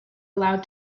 allowed